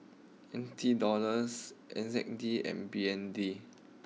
N T dollars N Z D and B N D